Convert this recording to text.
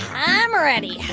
i'm ready.